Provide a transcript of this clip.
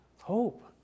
hope